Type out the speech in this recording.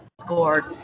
scored